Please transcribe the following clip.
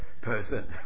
person